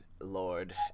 Lord